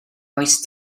oes